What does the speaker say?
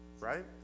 right